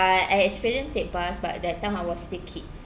I experience take bus but that time I was still kids